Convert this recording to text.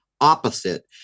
opposite